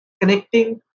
connecting